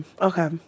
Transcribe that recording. Okay